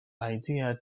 ideas